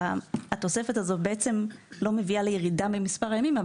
התוספת הזו לא מביאה לירידה במספר הימים,